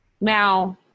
Now